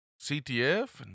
CTF